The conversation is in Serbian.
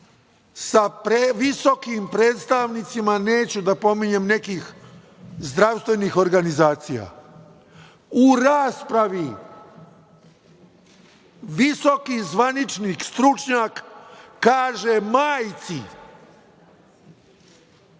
sa visokom predstavnicima, neću da pominjem, nekih zdravstvenih organizacija. U raspravi, visoki zvaničnik, stručnjak kaže majci